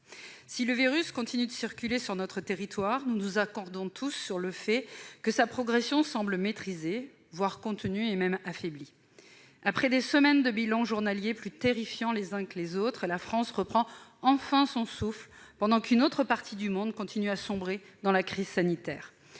Si le virus continue de circuler sur notre territoire, nous nous accordons tous sur le fait que sa progression semble maîtrisée, voire contenue et même affaiblie. Après des semaines de bilans journaliers plus terrifiants les uns que les autres, la France reprend enfin son souffle, pendant qu'une autre partie du monde continue de sombrer dans la crise sanitaire.